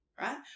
right